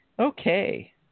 Okay